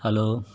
hello